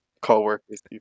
coworkers